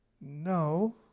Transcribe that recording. No